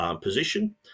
position